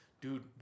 dude